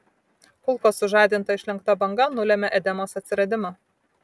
kulkos sužadinta išlenkta banga nulėmė edemos atsiradimą